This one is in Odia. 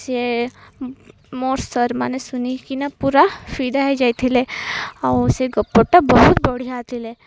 ସେ ମୋର ସାର୍ ମାନେ ଶୁଣିକିନା ପୁରା ଫିଦା ହୋଇଯାଇଥିଲେ ଆଉ ସେ ଗପଟା ବହୁତ ବଢ଼ିଆ ଥିଲା